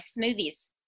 smoothies